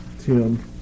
Tim